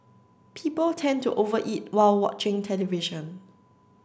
people tend to over eat while watching television